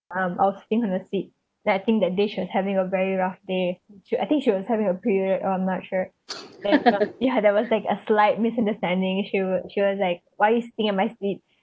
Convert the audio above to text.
um I was sitting in her seat then I think that day she was having a very rough day she was I think she was having her period I'm not sure ya there was like a slight misunderstanding she wo~ she was like why you sitting on my seat